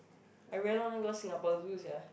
I very long never go Singapore Zoo sia